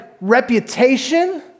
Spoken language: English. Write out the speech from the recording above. reputation